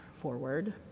forward